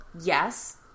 Yes